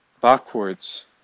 backwards